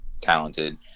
talented